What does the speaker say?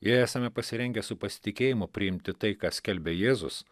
jei esame pasirengę su pasitikėjimu priimti tai ką skelbia jėzus